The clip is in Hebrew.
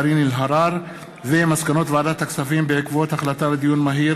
המיוחד, מסקנות ועדת הכספים בעקבות דיון מהיר